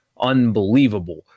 unbelievable